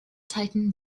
tightened